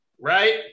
right